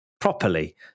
properly